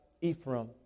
Ephraim